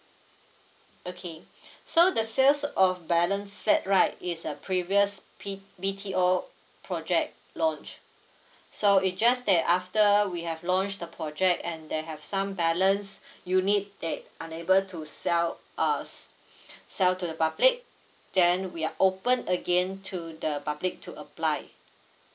okay so the sales of balance flat right is a previous B~ B_T_O project launch so it just that after we have launched the project and there have some balance unit they unable to sell uh sell to the public then we are open again to the public to apply